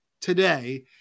today